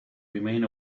remain